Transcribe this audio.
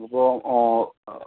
ഇപ്പോൾ